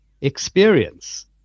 experience